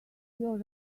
your